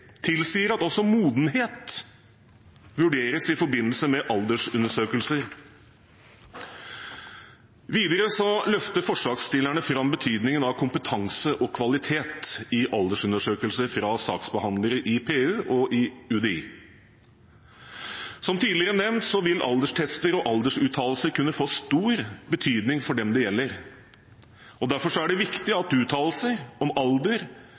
tilsier at også modenhet vurderes i forbindelse med aldersundersøkelser. Videre løfter forslagsstillerne fram betydningen av kompetanse og kvalitet i aldersundersøkelser fra saksbehandlere i PU og UDI. Som tidligere nevnt vil alderstester og aldersuttalelser kunne få stor betydning for dem det gjelder, og derfor er det viktig at uttalelser om alder